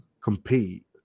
compete